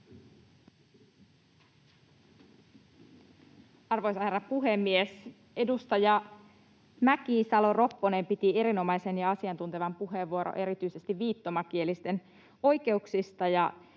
Arvoisa herra puhemies! Edustaja Mäkisalo-Ropponen piti erinomaisen ja asiantuntevan puheenvuoron erityisesti viittomakielisten oikeuksista